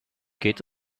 geht